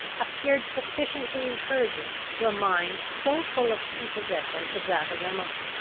appeared sufficiently encouraging to a mind so full of prepossession as that of emily.